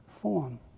form